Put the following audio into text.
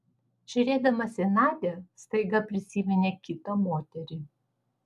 žiūrėdamas į nadią staiga prisiminė kitą moterį